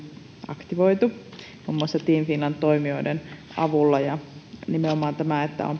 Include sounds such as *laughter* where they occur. aktivoitu muun muassa team finland toimijoiden avulla ja nimenomaan tämä että kun on *unintelligible*